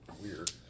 Weird